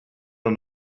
and